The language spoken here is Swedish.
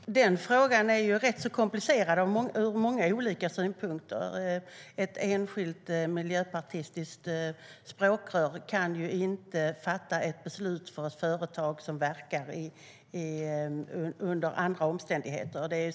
Herr talman! Den frågan är ju rätt så komplicerad från många olika synpunkter. Ett enskilt miljöpartistiskt språkrör kan ju inte fatta ett beslut för ett företag som verkar under andra omständigheter.